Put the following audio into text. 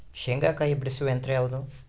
ಶೇಂಗಾಕಾಯಿ ಬಿಡಿಸುವ ಯಂತ್ರ ಯಾವುದು?